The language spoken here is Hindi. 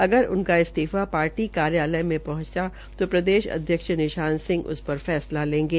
अगर उनका इस्तीफा पार्टी कार्यालय में पहंचा तो प्रदेशअध्यक्ष निशान सिंह उस पर फैसला लेंगे